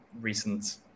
recent